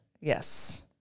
Yes